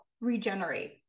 regenerate